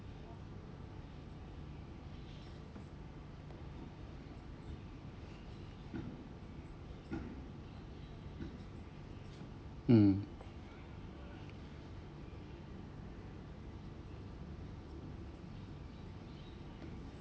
mm